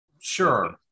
Sure